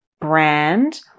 brand